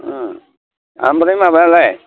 अ ओमफ्राय माबायालाय